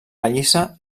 pallissa